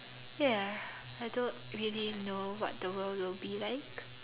ya I don't really know what the world will be like